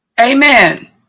Amen